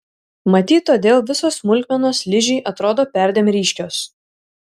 matyt todėl visos smulkmenos ližei atrodo perdėm ryškios